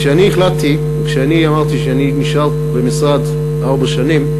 כשאני החלטתי וכשאמרתי שאני נשאר במשרד ארבע שנים,